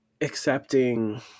accepting